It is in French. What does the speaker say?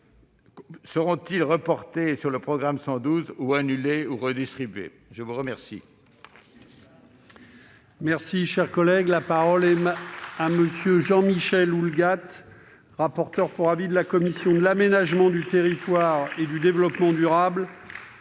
seront-ils reportés sur le programme 112, annulés ou redistribués ? La parole